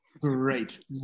Great